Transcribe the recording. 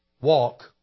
walk